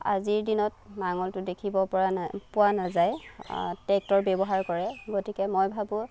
আজিৰ দিনত নাঙলটো দেখিব পৰা নাই পোৱা নাযায় ট্ৰেক্টৰ ব্যৱহাৰ কৰে গতিকে মই ভাবোঁ